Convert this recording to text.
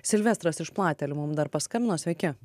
silvestras iš platelių mum dar paskambino sveiki